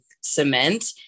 cement